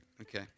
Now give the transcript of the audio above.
Okay